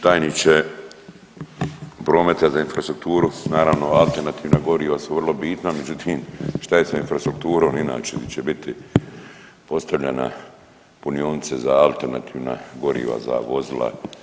Tajniče prometa za infrastrukturu, naravno alternativna goriva su vrlo bitna, međutim što je sa infrastrukturom inače, di će biti postavljena punionice za alternativna goriva za vozila?